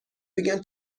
بگن